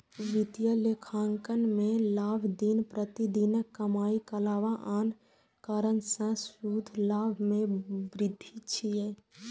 वित्तीय लेखांकन मे लाभ दिन प्रतिदिनक कमाइक अलावा आन कारण सं शुद्ध लाभ मे वृद्धि छियै